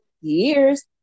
years